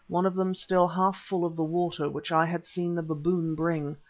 one of them still half full of the water which i had seen the baboon bring.